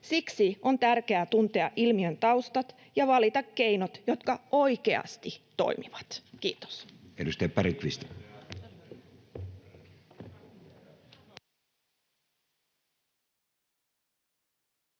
Siksi on tärkeää tuntea ilmiön taustat ja valita keinot, jotka oikeasti toimivat. — Kiitos.